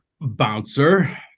bouncer